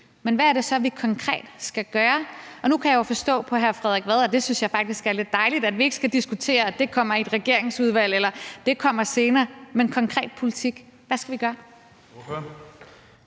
Men hvad er det så, vi konkret skal gøre? Og nu kan jeg jo forstå på hr. Frederik Vad, og det synes jeg faktisk er lidt dejligt, at vi ikke skal diskutere, om det kommer i et regeringsudvalg, eller om det kommer senere, men konkret politik – så hvad skal vi gøre?